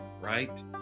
right